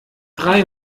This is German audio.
drei